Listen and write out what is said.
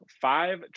five